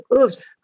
oops